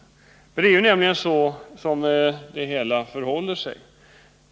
Det är ju så det hela förhåller sig!